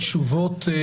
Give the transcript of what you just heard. התשפ"ב 2021,